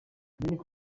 tumenye